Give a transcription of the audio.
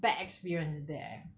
bad experience there